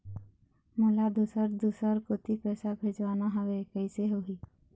मोला दुसर दूसर कोती पैसा भेजवाना हवे, कइसे होही?